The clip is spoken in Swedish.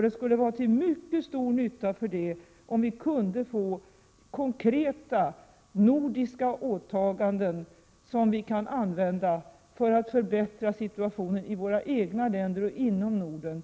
Det skulle vara till mycket stor nytta i detta sammanhang, om det gick att få till stånd konkreta nordiska åtaganden. På det sättet skulle vi kunna förbättra situationen i våra egna länder och inom Norden.